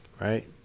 Right